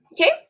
okay